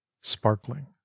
sparkling